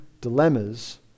dilemmas